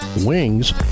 wings